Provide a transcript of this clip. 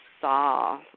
saw